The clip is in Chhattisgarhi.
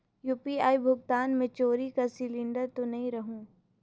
यू.पी.आई भुगतान मे चोरी कर सिलिंडर तो नइ रहु?